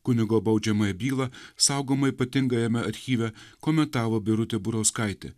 kunigo baudžiamąją bylą saugomą ypatingajame archyve komentavo birutė burauskaitė